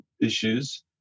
issues